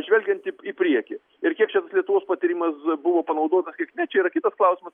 žvelgianti į į priekį ir kiek čia tas lietuvos patyrimas buvo panaudotas kiek ne čia yra kitas klausimas